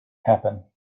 happen